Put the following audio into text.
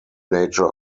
nature